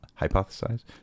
hypothesize